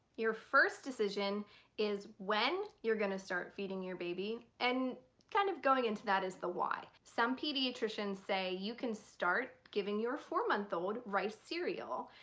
your first decision is when you're gonna start feeding your baby and kind of going into that is the why. some pediatricians say you can start giving your four month-old rice cereal.